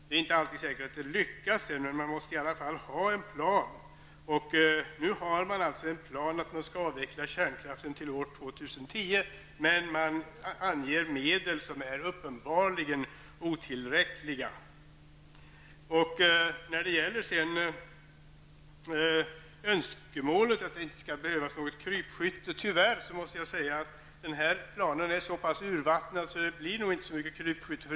Det är inte alltid säkert att det lyckas, men man måste i varje fall ha en plan. Nu finns det en plan att avveckla kärnkraften till år 2010, men man anger medel som uppenbarligen är otillräckliga. När det sedan gäller det önskemål som nämnts om att det inte skall behövas något krypskytte, måste jag tyvärr säga att denna plan är så pass urvattnad att det nog inte blir så mycket krypskytte.